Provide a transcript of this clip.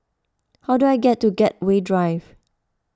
how do I get to Gateway Drive